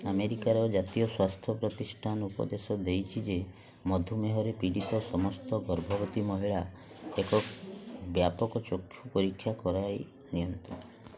ଆମେରିକାର ଜାତୀୟ ସ୍ୱାସ୍ଥ୍ୟ ପ୍ରତିଷ୍ଠାନ ଉପଦେଶ ଦେଇଛି ଯେ ମଧୁମେହରେ ପୀଡ଼ିତ ସମସ୍ତ ଗର୍ଭବତୀ ମହିଳା ଏକ ବ୍ୟାପକ ଚକ୍ଷୁ ପରୀକ୍ଷା କରାଇ ନିଅନ୍ତୁ